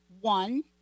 One